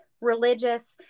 religious